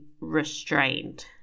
restrained